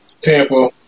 Tampa